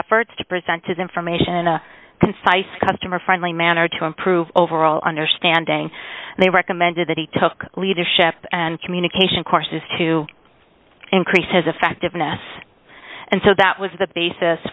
efforts to present to the information in a concise customer friendly manner to improve overall understanding and they recommended that he took leadership and communication courses to increase his effectiveness and so that was the basis